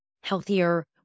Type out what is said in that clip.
healthier